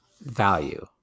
value